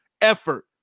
effort